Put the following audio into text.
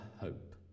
hope